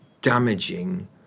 damaging